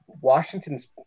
Washington's –